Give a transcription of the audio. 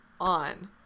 on